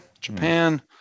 Japan